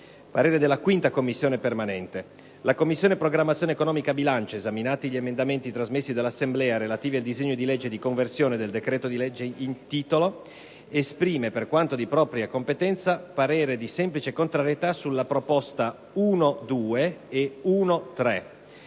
parere non ostativo». «La Commissione programmazione economica, bilancio, esaminati gli emendamenti trasmessi dall'Assemblea, relativi al disegno di legge di conversione del decreto-legge in titolo, esprime, per quanto di propria competenza, parere di semplice contrarietà sulle proposte 1.2 e 1.3,